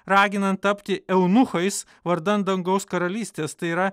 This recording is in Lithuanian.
raginant tapti eunuchais vardan dangaus karalystės tai yra